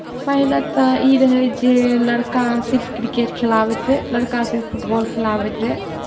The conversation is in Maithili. पहिले तऽ ई रहै जे लड़का सिर्फ क्रिकेट खेलाबैत रहै लड़का सिर्फ फुटबॉल खेलाबैत रहै